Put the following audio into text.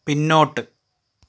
പിന്നോട്ട്